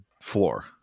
floor